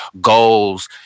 goals